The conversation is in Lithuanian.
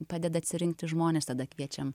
padeda atsirinkti žmones tada kviečiam